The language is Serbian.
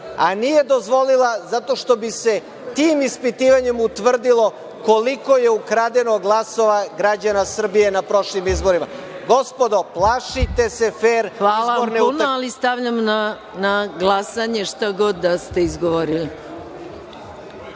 Nije dozvolila zato što bi se tim ispitivanjem utvrdilo koliko je ukradeno glasova građana Srbije na prošlim izborima. Gospodo, plašite se fer izborne utakmice. **Maja Gojković** Hvala puno. Stavljam na glasanje, šta god da ste izgovorili. Zaključujem